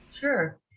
Sure